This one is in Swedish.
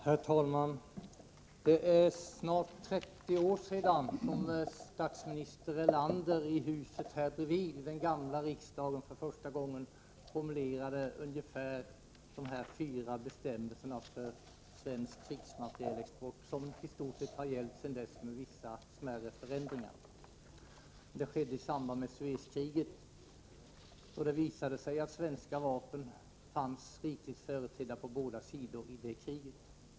Herr talman! Det är snart 30 år sedan statsminister Erlander i huset här bredvid i den gamla riksdagen för första gången formulerade ungefär de fyra bestämmelser för svensk krigsmaterielexport som i stort sett har gällt sedan dess, med vissa smärre förändringar. Det skedde i samband med Suezkriget, då det visade sig att svenska vapen fanns rikligt företrädda på båda sidor i det kriget.